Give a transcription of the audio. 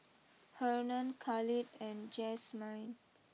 Hernan Khalid and Jazmyne